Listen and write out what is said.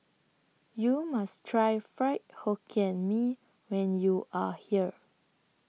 YOU must Try Fried Hokkien Mee when YOU Are here